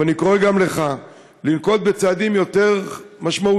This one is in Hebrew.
אבל אני קורא גם לך לנקוט צעדים יותר משמעותיים.